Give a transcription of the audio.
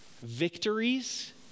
victories